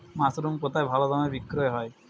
Mushroom কেথায় ভালোদামে বিক্রয় হয়?